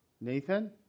Nathan